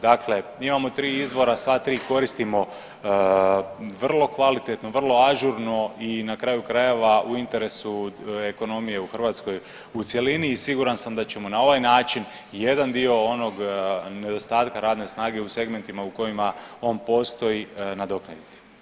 Dakle imamo 3 izvora, sva 3 koristimo vrlo kvalitetno, vrlo ažurno i na kraju krajeva u interesu ekonomije u Hrvatskoj u cjelini i siguran sam da ćemo na ovaj način jedan dio onog nedostatka radne snage u segmentima u kojima on postoji nadoknaditi.